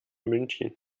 münchen